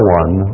one